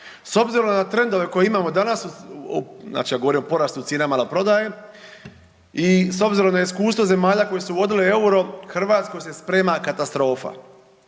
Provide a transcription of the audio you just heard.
S obzirom na trendove koje imamo danas, znači ja govorim o porastu cijena maloprodaje i s obzirom na iskustvo zemalja koje su uvodile euro, Hrvatskoj se sprema katastrofa.